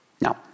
Now